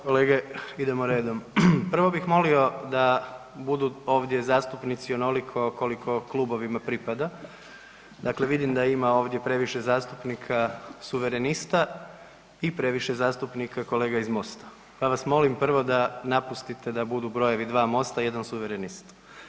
kolege idemo redom, prvo bih molio da budu ovdje zastupnici onoliko koliko klubovima pripada, dakle vidim da ima ovdje previše zastupnika Suverenista i previše zastupnika kolege iz Mosta, pa vas molim da napustite da budu brojevi dva Mosta jedan Suverenist.